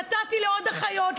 נתתי לעוד אחיות,